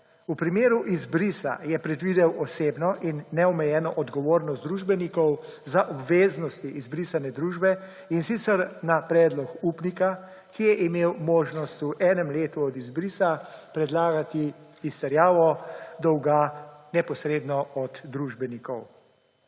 V primeru izbrisa je predvidel osebno in neomejeno odgovornost družbenikov za obveznosti izbrisane družbe, in sicer na predlog upnika, ki je imel možnost v enem letu od izbrisa predlagati izterjavo dolga neposredno od družbenikov.